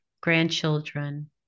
grandchildren